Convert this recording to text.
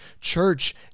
Church